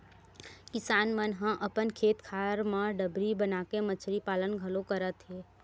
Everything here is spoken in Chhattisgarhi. किसान मन ह अपन खेत खार म डबरी बनाके मछरी पालन घलोक करत हे